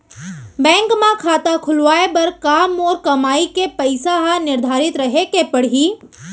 Bank म खाता खुलवाये बर का मोर कमाई के पइसा ह निर्धारित रहे के पड़ही?